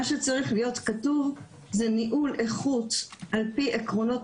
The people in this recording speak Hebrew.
מה שצריך להיות כתוב זה ניהול איכות על פי עקרונות